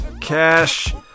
cash